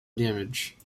damage